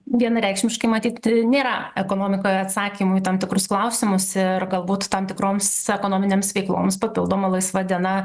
vienareikšmiškai matyt nėra ekonomikoje atsakymų į tam tikrus klausimus ir galbūt tam tikroms ekonominėms veikloms papildoma laisva diena